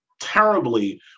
terribly